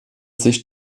sich